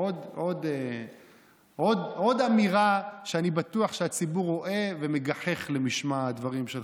עוד אמירה שאני בטוח שהציבור רואה ומגחך למשמע הדברים שלך,